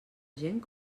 gent